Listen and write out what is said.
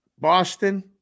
Boston